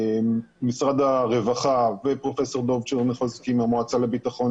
משרד הרווחה ופרופ' דב צ'רניחובסקי מהמועצה לביטחון